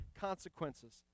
consequences